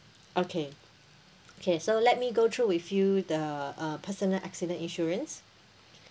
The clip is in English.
okay okay so let me go through with you the uh personal accident insurance